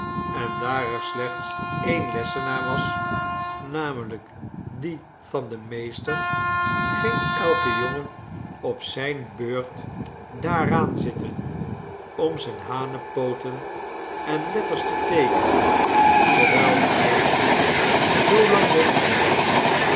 en daar er slechts een lessenaar was namelijk die van den meester ging elke jongen op zijne beurt daaraan zitten om zijne hanepooten en letters te teekenen terwijl de meester zoolang rondwandelde